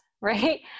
Right